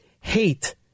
hate